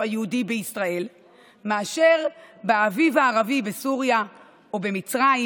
היהודי בישראל מאשר באביב הערבי בסוריה או במצרים,